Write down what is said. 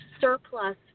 surplus